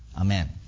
Amen